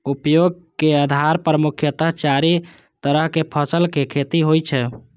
उपयोगक आधार पर मुख्यतः चारि तरहक फसलक खेती होइ छै